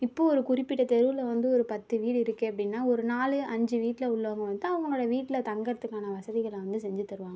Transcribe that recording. இப்போ ஒரு குறிப்பிட்ட தெருவில் வந்து ஒரு பத்து வீடு இருக்கு அப்படினா ஒரு நாள் அஞ்சு வீட்டில் உள்ளவங்க வந்து அவங்களோட வீட்டில் தங்குறத்துக்கான வசதிகளை வந்து செஞ்சு தருவாங்க